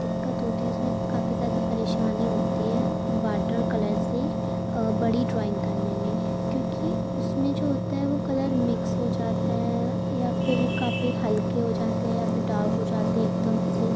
دِقّت ہوتی ہے اس میں کافی زیادہ پریشانی ہوتی ہے واٹر کلر سے بڑی ڈرائنگ کرنے میں کیونکہ اس میں جو ہوتا ہے وہ کلر مکس ہو جاتا ہے یا پھر کافی ہلکے ہو جاتے ہیں یا پھر ڈارک ہو جاتے ہیں ایک دم سے